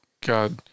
god